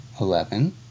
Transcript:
eleven